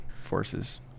forces